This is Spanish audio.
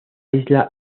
isla